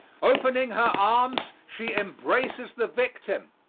opening her arms, she embraces the victim.